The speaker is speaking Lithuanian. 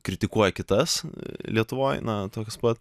kritikuoja kitas lietuvoj na tokias pat